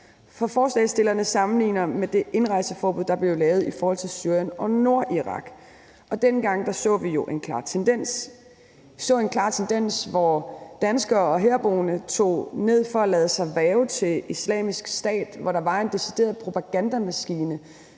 For forslagsstillerne sammenligner med det indrejseforbud, der blev lavet i forhold til Syrien og Nordirak, og dengang så vi jo en klar tendens, hvor danskere og andre herboende tog ned for at lade sig hverve til Islamisk Stat, og hvor der var en decideret propagandamaskine,